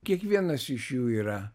kiekvienas iš jų yra